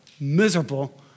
miserable